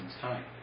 time